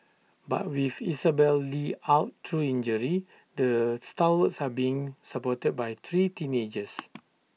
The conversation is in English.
but with Isabelle li out through injury the stalwarts are being supported by three teenagers